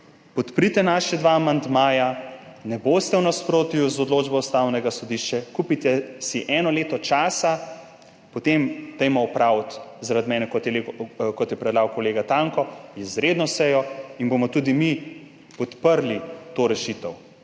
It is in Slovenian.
podprite naša dva amandmaja, ne boste v nasprotju z odločbo Ustavnega sodišča, kupite si eno leto časa, potem dajmo opraviti zaradi mene, kot je predlagal kolega Tanko, izredno sejo in bomo tudi mi podprli to rešitev,